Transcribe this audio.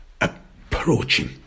approaching